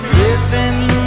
living